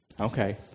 Okay